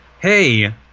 Hey